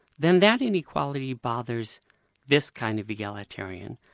then that inequality bothers this kind of egalitarian.